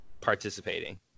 participating